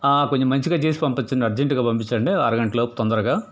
కొంచెం మంచిగా చేసి పంపించండి అర్జెంట్గా పంపించండి అరగంటలోపు తొందరగా